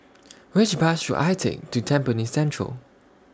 Which Bus should I Take to Tampines Central